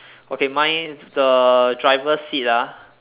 okay mine the driver's seat ah